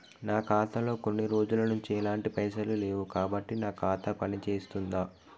నా ఖాతా లో కొన్ని రోజుల నుంచి ఎలాంటి పైసలు లేవు కాబట్టి నా ఖాతా పని చేస్తుందా?